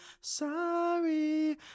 Sorry